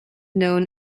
known